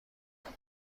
کند